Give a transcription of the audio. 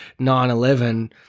911